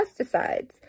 pesticides